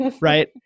right